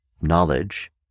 knowledge